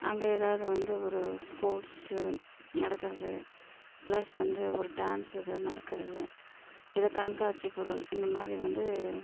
அங்கே எதாவது வந்து ஒரு ஸ்போர்ட்ஸு நடக்கிறது ப்ளஸ் வந்து ஒரு டேன்ஸு நடக்கிறது எதோ கண்காட்சி பொருள் இந்த மாதிரி வந்து